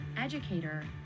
educator